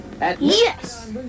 Yes